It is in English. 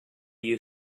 you